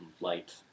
light